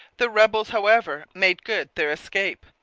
the rebels, however, made good their escape,